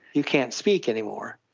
you can't speak any more.